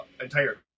entire